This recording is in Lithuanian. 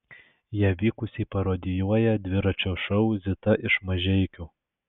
ją vykusiai parodijuoja dviračio šou zita iš mažeikių